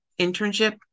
internship